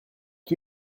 lui